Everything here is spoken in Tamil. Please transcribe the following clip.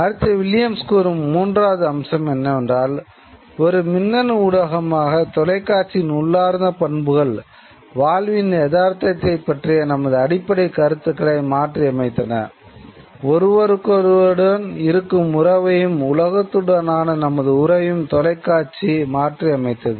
அடுத்து வில்லியம்ஸ் கூறும் மூன்றாவது அம்சம் என்னவென்றால் ஒரு மின்னணு ஊடகமாக மாற்றியமைத்தது